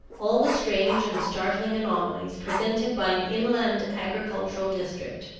all the strange and startling anomalies presented by an inland agricultural district,